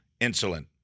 Insulin